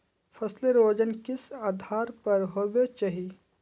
फसलेर वजन किस आधार पर होबे चही?